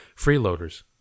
freeloaders